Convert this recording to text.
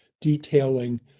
detailing